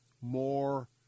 more